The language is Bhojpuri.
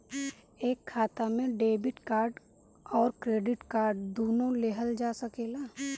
एक खाता से डेबिट कार्ड और क्रेडिट कार्ड दुनु लेहल जा सकेला?